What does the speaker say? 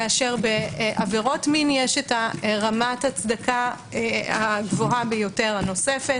בעבירות מין יש רמת ההצדקה הגבוהה ביותר הנוספת.